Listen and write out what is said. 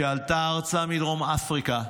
שעלתה ארצה מדרום אפריקה,